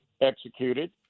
executed